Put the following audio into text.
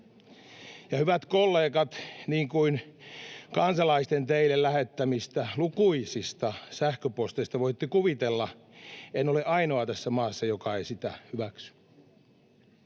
hyvät kollegat, niin kuin kansalaisten teille lähettämistä lukuisista sähköposteista voitte kuvitella, en ole tässä maassa ainoa, joka ei sitä hyväksy.